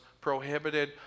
prohibited